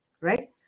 Right